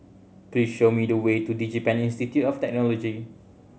please show me the way to DigiPen Institute of Technology